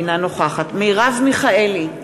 אינה נוכחת מרב מיכאלי,